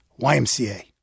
YMCA